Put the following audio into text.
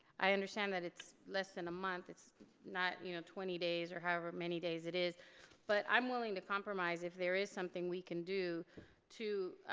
i understand that it's less than a month, it's you know twenty days or however many days it is but i'm willing to compromise if there is something we can do to